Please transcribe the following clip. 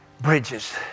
bridges